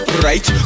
right